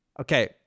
Okay